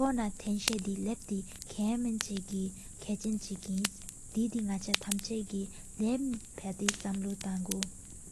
ག་ནག་ཆ་ལོ་ཐོན་ནང་ཡང་ནཱ། ལོ་ཐྲྀ་རེ་ནང་འདྤེེ་ས་གི། ཁ་མེན་ཅ་གི་སྐུ་གཅིག་ཨཙམ་ཡན་ནིན། སྨོར་གྲེད་ལེན་ཀྲ ཞེན་པ་ཁམ་ཕྱཆ་ཏིག་རང་ནག་ཆ་ཀྱི་ཡན཯། སོད་ལོ་ཐངས་སྒོ་དགེ།